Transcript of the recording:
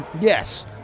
yes